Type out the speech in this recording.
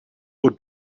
would